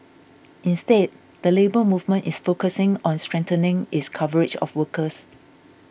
instead the Labour Movement is focusing on strengthening its coverage of workers